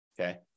Okay